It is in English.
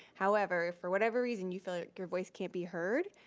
however, if for whatever reason you feel like your voice can't be heard,